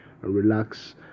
relax